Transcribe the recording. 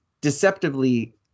deceptively